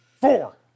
four